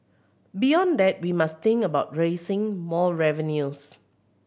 beyond that we must think about raising more revenues